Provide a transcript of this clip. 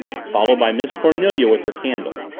followed by miss cornelia with her candle.